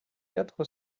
quatre